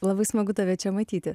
labai smagu tave čia matyti